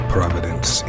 Providence